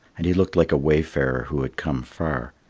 and he looked like a wayfarer who had come far.